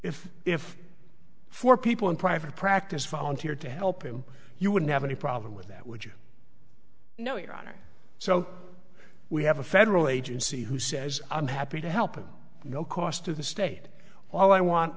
if if four people in private practice volunteered to help him you wouldn't have any problem with that would you no your honor so we have a federal agency who says i'm happy to help in no cost to the state all i want